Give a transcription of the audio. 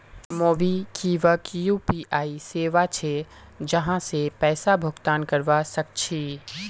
MobiKwik UPI सेवा छे जहासे पैसा भुगतान करवा सक छी